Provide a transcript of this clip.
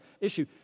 issue